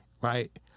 right